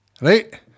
Right